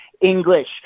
English